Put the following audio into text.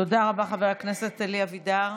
תודה רבה, חבר הכנסת אלי אבידר.